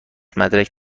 مدرک